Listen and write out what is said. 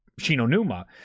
Shinonuma